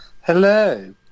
Hello